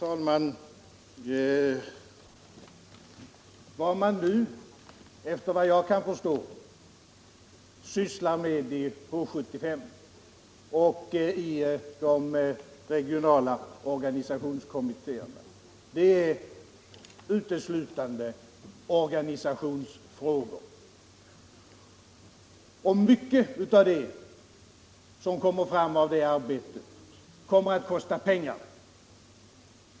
Herr talman! Såvitt jag kan rörstå sysslar man i H 75 och i de regionala organisationskommittéerna uteslutande med organisationsfrågor. Mycket som kommer fram av arbetet där kostar pengar.